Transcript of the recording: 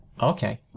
okay